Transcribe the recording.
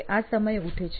તે આ સમયે ઉઠે છે